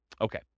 Okay